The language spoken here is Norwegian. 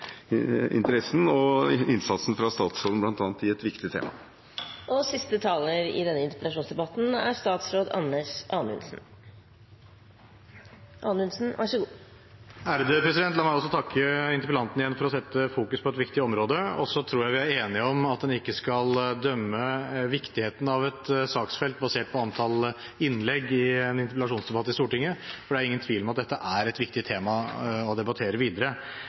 interessen og for innsatsen fra bl.a. statsråden i et viktig tema. La meg takke interpellanten igjen for å sette et viktig område i fokus. Jeg tror vi er enige om at man ikke skal dømme viktigheten av et saksfelt basert på antall innlegg i en interpellasjonsdebatt i Stortinget, for det er ingen tvil om at dette er et viktig tema å debattere videre.